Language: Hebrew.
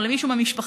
או למישהו ממשפחתי,